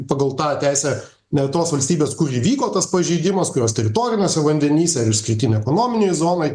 pagal tą teisę ne tos valstybės kur įvyko tas pažeidimas kurios teritoriniuose vandenyse ar išskirtinėj ekonominėj zonoj